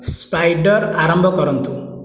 spider ଆରମ୍ଭ କରନ୍ତୁ